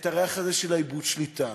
את הריח הזה של איבוד השליטה,